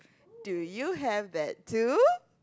do you have that too